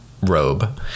robe